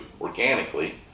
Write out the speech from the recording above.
organically